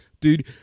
Dude